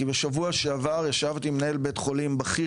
כי בשבוע שעבר ישבתי עם מנהל בית חולים בכיר